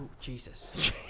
Jesus